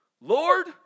Lord